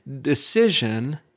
decision